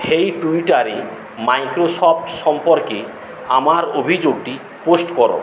হেই টুইটারে মাইক্রোসফট সম্পর্কে আমার অভিযোগটি পোস্ট করো